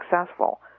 successful